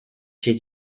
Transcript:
się